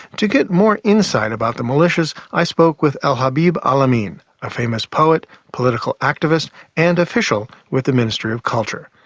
to get more insight about the militias, i spoke with elhabib alamin, a famous poet, political activist and official with the ministry of culture.